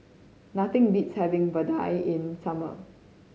nothing beats having Vadai in the summer